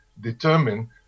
determine